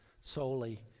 solely